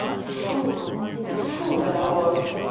fool fool that i was!